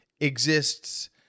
exists